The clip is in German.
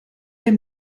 der